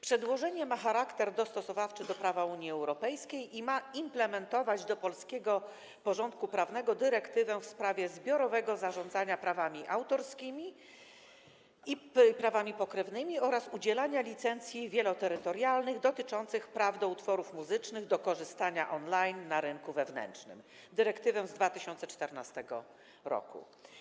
Przedłożenie ma charakter dostosowawczy - do prawa Unii Europejskiej - i ma implementować do polskiego porządku prawnego dyrektywę w sprawie zbiorowego zarządzania prawami autorskimi i prawami pokrewnymi oraz udzielania licencji wieloterytorialnych dotyczących praw do utworów muzycznych do korzystania on-line na rynku wewnętrznym z 2014 r.